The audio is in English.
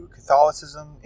Catholicism